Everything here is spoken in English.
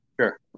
Sure